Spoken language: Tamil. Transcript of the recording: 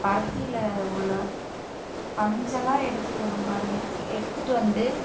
பருத்தியில் உள்ள பஞ்செல்லாம் எடுத்துகிட்டு வரும் பாருங்கள் எடுத்துகிட்டு வந்து